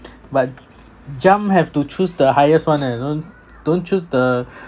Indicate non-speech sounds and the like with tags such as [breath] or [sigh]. but jump have to choose the highest one eh don't don't choose the [breath]